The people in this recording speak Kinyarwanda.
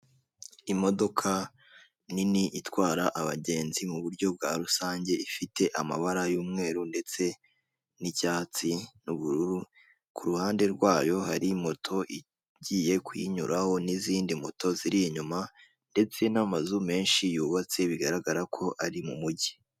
Imodoka nini itwara abagenzi mu buryo bwa rusange, ifite amabara y'umweru ndetse n'icyatsi n'ubururu, ku ruhande rwayo hari moto igiye kuyinyuraho, n'izindi moto ziri inyuma ndetse n'amazu menshi yubatse bigaragara ko ari mumujyi.